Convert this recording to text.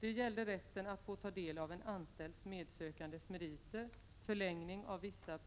De gällde rätten att få ta del av en anställd medsökandes meriter, förlängning av vissa